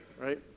Right